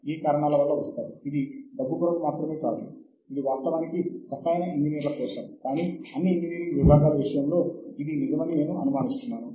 ఈ కార్యక్రమాన్ని ఐఐటి ఢిల్లీ సమన్వయం చేస్తున్నది